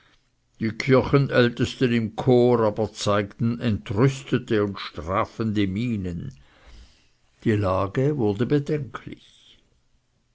die kirchenältesten im chor aber zeigten entrüstete und strafende mienen die lage wurde bedenklich